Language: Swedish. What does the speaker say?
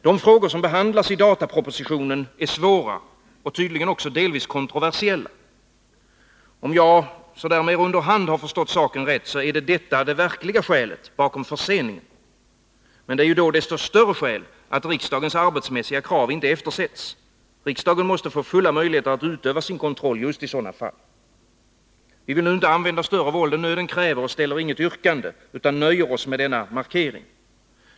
De frågor som behandlas i datapropositionen är svåra och tydligen delvis kontroversiella. Om jag förstått saken rätt, är detta det verkliga skälet bakom förseningen. Men det är ju då desto större skäl att riksdagens arbetsmässiga krav inte eftersätts. Riksdagen måste få fulla möjligheter att utöva sin kontroll just i sådana fall. Vi vill inte använda större våld än nöden kräver och ställer inget yrkande, utan nöjer oss med denna markering.